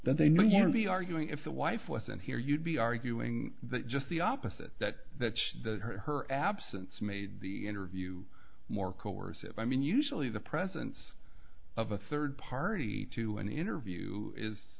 that they knew to be arguing if the wife wasn't here you'd be arguing that just the opposite that that she said her absence made the interview more coercive i mean usually the presence of a third party to an interview is